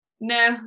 No